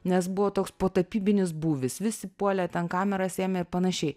nes buvo toks potapybinis būvis visi puolė ten kameras ėmė ir panašiai